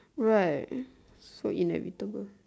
right so inevitable